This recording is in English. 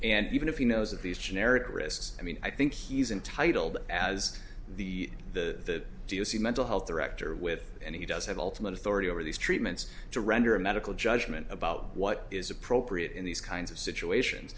and even if he knows of these generic risks i mean i think he's entitled as the the do you see mental health director with and he does have ultimate authority over these treatments to render a medical judgment about what is appropriate in these kinds of situations